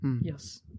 Yes